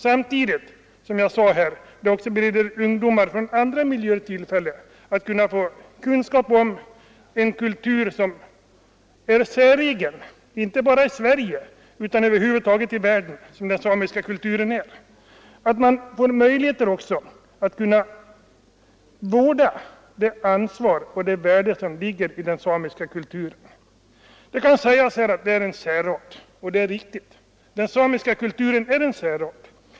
Samtidigt bereder den också ungdomar från andra miljöer tillfälle att få kunskap om en kultur som är säregen, inte bara i Sverige utan i världen. De får därigenom möjligheter att vårda och ta ansvar för det värde som ligger i den samiska kulturen. Det kan sägas att den samiska kulturen är en särart.